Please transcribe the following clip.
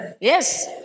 Yes